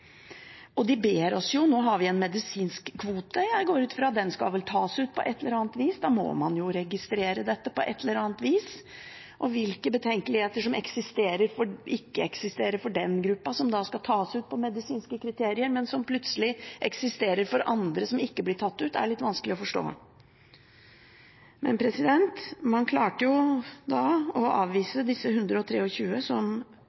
som de gjorde den gangen om å ta imot de 123. Nå har vi en medisinsk kvote, og jeg går ut fra at den skal tas ut på et eller annet vis. Da må man registrere dette på et eller annet vis. Hvilke betenkeligheter som ikke eksisterer for den gruppa som skal tas ut etter medisinske kriterier, men som plutselig eksisterer for andre som ikke blir tatt ut, er litt vanskelig å forstå. Man klarte jo å avvise disse 123 som